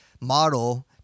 model